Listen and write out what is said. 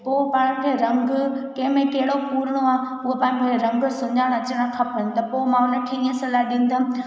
पोइ पाण खे रंग कंहिंमें कहिड़ो पुरणो आहे उअ पंहिंजे रंग सुञाणनि अचनि खपे पोइ मां उनखे ईअं सलाहु ॾींदमि